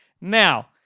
Now